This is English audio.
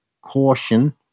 Caution